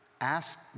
ask